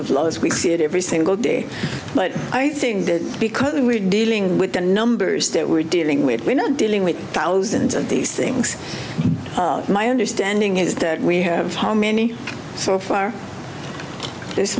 of law as we see it every single day but i think that because we're dealing with the numbers that we're dealing with we're not dealing with thousands of these things my understanding is that we have how many so far this